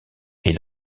est